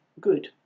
good